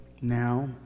now